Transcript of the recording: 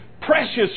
precious